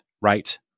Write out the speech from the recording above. right